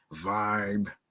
Vibe